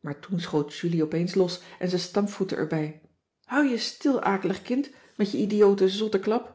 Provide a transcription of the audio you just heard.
maar toen schoot julie opeens los en ze stampvoette er bij hou je stil akelig kind met je idiote